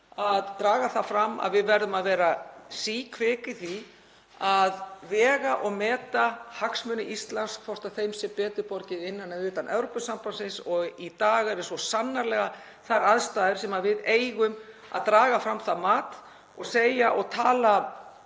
að draga það fram að við verðum að vera síkvik í því að vega og meta hagsmuni Íslands, hvort þeim sé betur borgið innan eða utan Evrópusambandsins. Í dag eru svo sannarlega þær aðstæður að við eigum að draga fram það mat og segja það